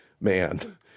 man